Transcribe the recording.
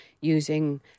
using